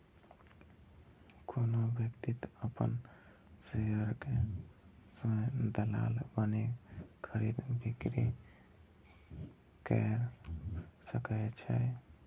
कोनो व्यक्ति अपन शेयर के स्वयं दलाल बनि खरीद, बिक्री कैर सकै छै